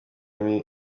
bamwe